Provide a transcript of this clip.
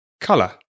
color